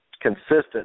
consistent